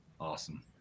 Awesome